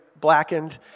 blackened